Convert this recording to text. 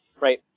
Right